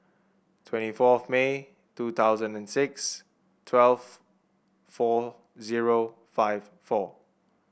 twenty four of May two thousand and six twelve four zero five four